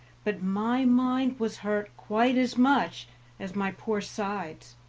but my mind was hurt quite as much as my poor sides.